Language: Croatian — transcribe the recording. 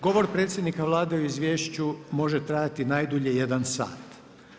Govor predsjednika Vlade u izvješću može trajati najdulje 1 sat.